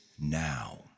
now